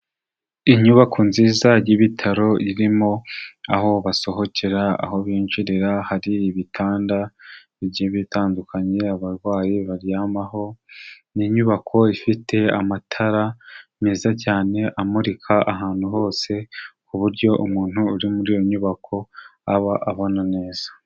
Inyubako nziza y'ibitaro irimo aho basohokera, aho binjirira hari ibitanda bigiye bitandukanye abarwayi baryamaho, ni inyubako ifite amatara meza cyane amurika ahantu hose, ku buryo umuntu uri muri iyo nyubako aba abona neza.